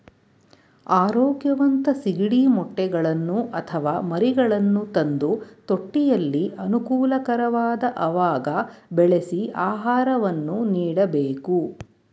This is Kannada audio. ಆರೋಗ್ಯವಂತ ಸಿಗಡಿ ಮೊಟ್ಟೆಗಳನ್ನು ಅಥವಾ ಮರಿಗಳನ್ನು ತಂದು ತೊಟ್ಟಿಯಲ್ಲಿ ಅನುಕೂಲಕರವಾದ ಅವಾಗ ಬೆಳೆಸಿ ಆಹಾರವನ್ನು ನೀಡಬೇಕು